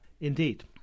Indeed